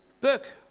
book